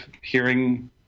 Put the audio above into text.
hearing